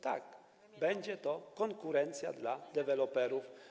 Tak, to będzie konkurencja dla deweloperów.